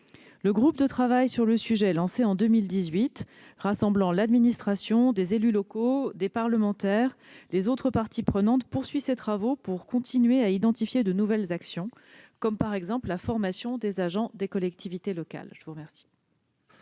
Le groupe de travail sur le sujet, lancé en 2018 et rassemblant l'administration, des élus locaux, des parlementaires et les autres parties prenantes, poursuit ses travaux pour continuer à identifier de nouvelles actions, comme la formation des agents des collectivités locales. La parole